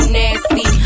nasty